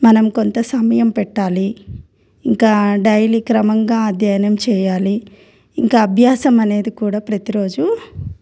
మనం కొంత సమయం పెట్టాలి ఇంకా డైలీ క్రమంగా అధ్యయనం చేయాలి ఇంకా అభ్యాసం అనేది కూడా ప్రతిరోజు